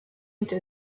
into